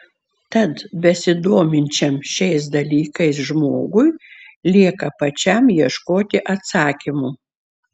tad besidominčiam šiais dalykais žmogui lieka pačiam ieškoti atsakymų